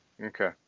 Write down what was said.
Okay